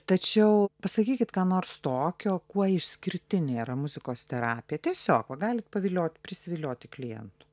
tačiau pasakykit ką nors tokio kuo išskirtinė yra muzikos terapija tiesiog va galit paviliot prisivilioti klientų